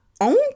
own